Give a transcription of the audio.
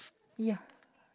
ya